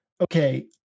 okay